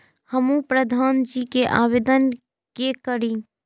हमू प्रधान जी के आवेदन के करी?